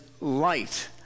light